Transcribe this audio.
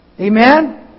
Amen